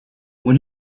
when